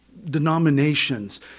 denominations